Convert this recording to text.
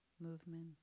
movement